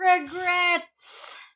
regrets